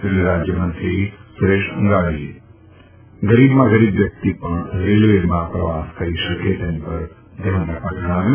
railway રાજ્યમંત્રી સુરેશ અંગાડીએ ગરીબમાં ગરીબ વ્યક્તિ પણ રેલવેમાં પ્રવાસ કરી શકે તેનું ધ્યાન રાખવા જણાવ્યું